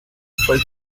fue